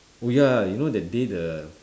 oh ya you know that day the